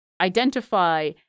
identify